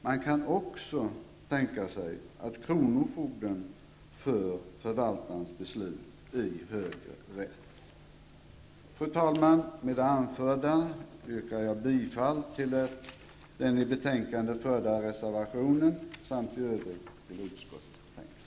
Man kan också tänka sig att kronofogden för förvaltarens beslut i högre rätt. Fru talman! Med det anförda yrkar jag bifall till den till betänkandet fogade reservationen samt i övrigt till utskottets hemställan.